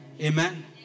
Amen